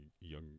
young